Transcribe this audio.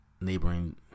neighboring